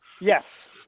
Yes